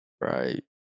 right